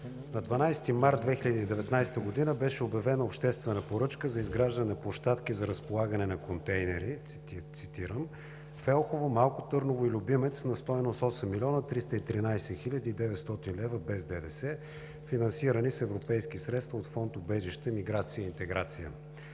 на 12 март 2019 г. беше обявена обществена поръчка за изграждане на площадки за разполагане на контейнери, цитирам: „в Елхово, Малко Търново, Любимец на стойност 8 млн. 313 хил. 900 лв. без ДДС, финансирани с европейски средства от Фонд „Убежище, миграция и интеграция“.